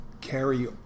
carry-